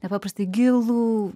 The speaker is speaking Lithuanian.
nepaprastai gilų